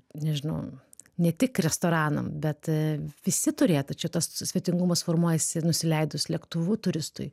nežinau ne tik restoranam bet visi turėtų čia tas svetingumas formuojasi nusileidus lėktuvu turistui